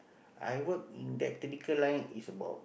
I work in that technical line is about